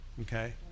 okay